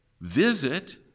visit